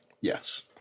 Yes